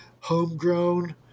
homegrown